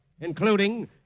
including